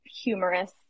humorous